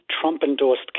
Trump-endorsed